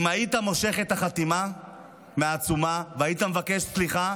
אם היית מושך את החתימה מהעצומה והיית מבקש סליחה,